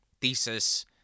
thesis